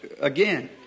again